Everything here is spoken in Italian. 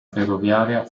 ferroviaria